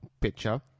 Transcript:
picture